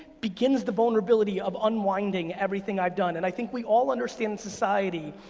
begins the vulnerability of unwinding everything i've done, and i think we all understand society.